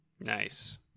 Nice